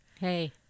Hey